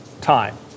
time